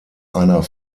einer